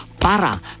Para